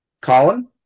Colin